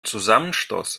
zusammenstoß